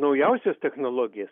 naujausias technologijas